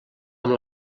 amb